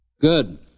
Good